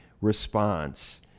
response